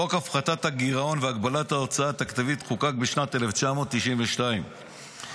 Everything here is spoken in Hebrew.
חוק הפחתת הגירעון והגבלת ההוצאה התקציבית חוקק בשנת 1992 כדי